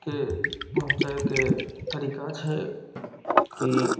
के पहुँचैके तरीका छै कि